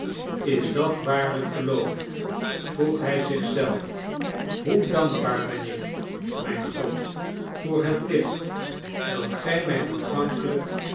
is dat waarlijk geloof vroeg hij zich zelf hoe dankbaar ben ik mijn god voor het licht dat gij mij aanvankelijk